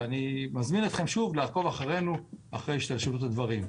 ואני מזמין אתכם לעקוב אחרי השתלשלות הדברים.